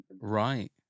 right